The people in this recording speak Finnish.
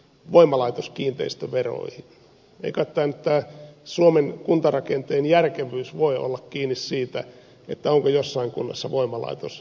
ei kai tämä suomen kuntarakenteen järkevyys voi olla kiinni siitä onko jossain kunnassa voimalaitos vai ei